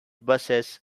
busses